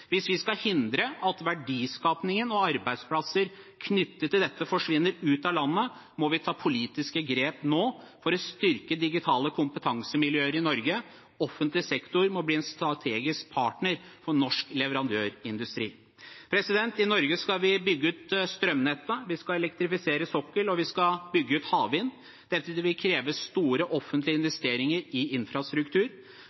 Hvis vi skal hindre at verdiskapingen og arbeidsplasser knyttet til dette forsvinner ut av landet, må vi ta politiske grep nå for å styrke digitale kompetansemiljøer i Norge. Offentlig sektor må bli en strategisk partner for norsk leverandørindustri. I Norge skal vi bygge ut strømnettet, vi skal elektrifisere sokkel, og vi skal bygge ut havvind. Dette vil kreve store offentlige